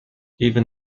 even